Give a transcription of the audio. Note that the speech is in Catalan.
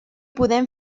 podem